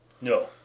No